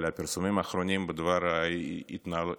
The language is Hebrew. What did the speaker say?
אבל הפרסומים האחרונים בדבר התנהלותו